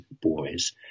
boys